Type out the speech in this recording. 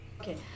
Okay